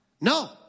No